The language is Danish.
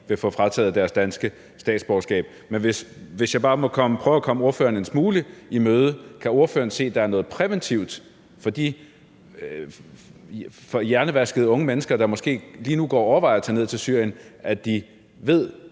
vil få frataget deres danske statsborgerskab. Men hvis jeg bare må prøve at komme ordføreren en smule i møde, kan ordføreren se, at der er noget præventivt for de hjernevaskede unge mennesker, der måske lige nu går og overvejer at tage ned til Syrien, i, at de ved,